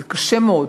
קשה מאוד